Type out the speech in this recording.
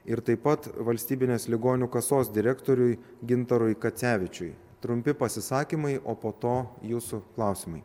ir taip pat valstybinės ligonių kasos direktoriui gintarui kacevičiui trumpi pasisakymai o po to jūsų klausimai